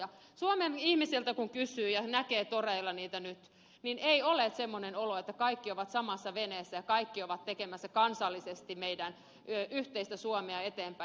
suomen ihmisiltä kun kysyy ja näkee toreilla heitä nyt niin ei ole semmoinen olo että kaikki ovat samassa veneessä ja kaikki ovat viemässä kansallisesti meidän yhteistä suomea eteenpäin